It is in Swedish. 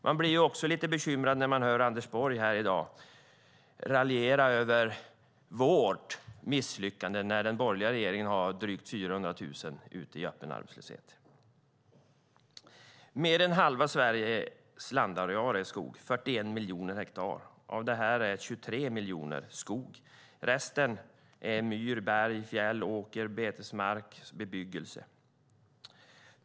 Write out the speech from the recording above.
Man blir också lite bekymrad när man hör Anders Borg här i dag raljera över vårt misslyckande när den borgerliga regeringen har drygt 400 000 ute i öppen arbetslöshet. Mer än halva Sveriges landareal är skogsmark. Det är 41 miljoner hektar. Av det är 23 miljoner hektar skog, och resten är myr, berg, fjäll, åker, betesmark och bebyggelse.